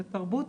בתרבות,